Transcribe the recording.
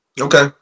Okay